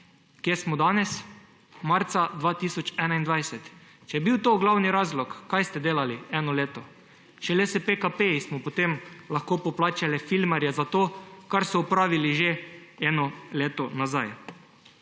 Kje smo danes? Marca 2021. Če je bil to glavni razlog, kaj ste delali eno leto? Šele s PKP-ji smo potem lahko poplačali filmarje za to, kar so opravili že eno leto nazaj.